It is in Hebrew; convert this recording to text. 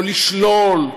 או לשלול,